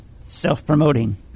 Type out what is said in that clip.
Self-promoting